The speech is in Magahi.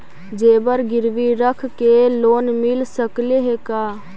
जेबर गिरबी रख के लोन मिल सकले हे का?